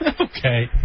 Okay